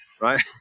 right